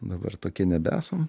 dabar tokie nebesam